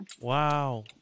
Wow